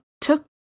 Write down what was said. took